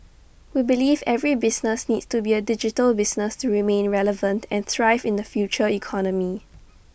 we believe every business needs to be A digital business to remain relevant and thrive in the future economy